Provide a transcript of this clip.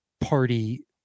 party